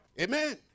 Amen